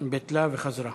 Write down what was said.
ביטלה וחזרה.